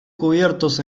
cubiertos